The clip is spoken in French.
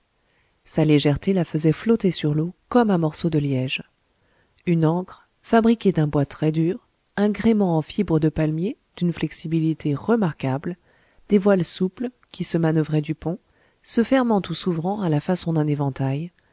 sa légèreté la faisait flotter sur l'eau comme un morceau de liège une ancre fabriquée d'un bois très dur un gréement en fibres de palmier d'une flexibilité remarquable des voiles souples qui se manoeuvraient du pont se fermant ou s'ouvrant à la façon d'un éventail